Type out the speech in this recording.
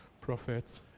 prophets